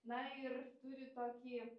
na ir turi tokį